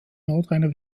nordrhein